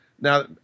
Now